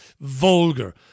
vulgar